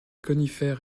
conifères